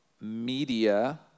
media